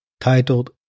titled